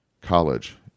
college